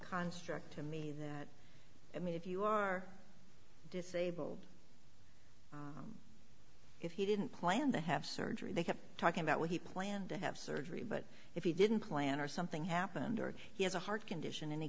construct to me that i mean if you are disabled if he didn't plan to have surgery they kept talking about when he planned to have surgery but if he didn't plan or something happened or he has a heart condition and he